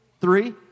Three